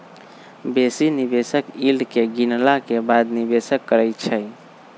बेशी निवेशक यील्ड के गिनला के बादे निवेश करइ छै